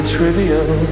trivial